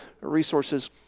resources